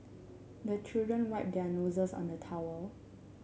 the children wipe their noses on the towel